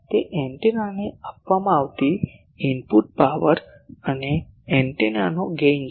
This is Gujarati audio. તે એન્ટેનાને આપવામાં આવતી ઇનપુટ પાવર અને એન્ટેનાનો ગેઇન છે